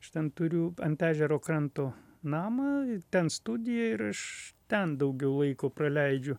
aš ten turiu ant ežero kranto namą ten studiją ir aš ten daugiau laiko praleidžiu